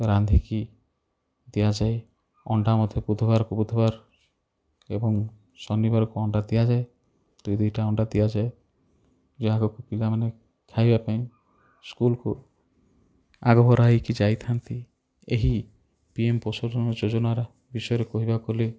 ରାନ୍ଧିକି ଦିଆଯାଏ ଅଣ୍ଡା ମଧ୍ୟ ବୁଧବାର କୁ ବୁଧବାର ଏବଂ ଶନିବାରକୁ ଅଣ୍ଡା ଦିଆଯାଏ ଦୁଇ ଦୁଇଟା ଅଣ୍ଡା ଦିଆଯାଏ ଯାହାକୁ ପିଲାମାନେ ଖାଇବା ପାଇଁ ସ୍କୁଲ୍କୁ ଆଗଭର ହୋଇକି ଯାଇଥାନ୍ତି ଏହି ପି ଏମ୍ ପୋଷଣ ଯୋଜନାର ବିଷୟରେ କହିବାକୁ ଗଲେ